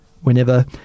whenever